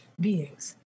beings